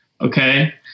okay